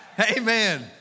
Amen